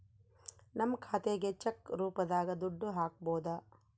ನಮ್ ಖಾತೆಗೆ ಚೆಕ್ ರೂಪದಾಗ ದುಡ್ಡು ಹಕ್ಬೋದು